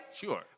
Sure